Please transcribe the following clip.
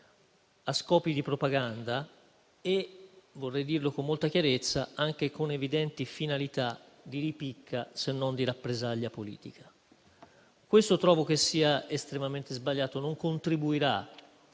a scopi di propaganda e - vorrei dirlo con molta chiarezza - anche con evidenti finalità di ripicca, se non di rappresaglia politica. Trovo che ciò sia estremamente sbagliato e non contribuirà